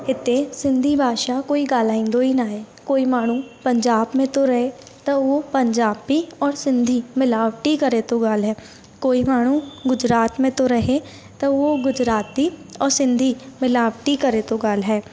इते सिंधी भाषा कोई ॻाल्हाइंदो ई नाहे कोई माण्हू पंजाब में थो रहे त उहो पंजाबी ऐं सिंधी मिलावटी करे थो ॻाल्हाए कोई माण्हू गुजरात में थो रहे त उहो गुजराती ऐं सिंधी मिलावटी करे थो ॻाल्हाए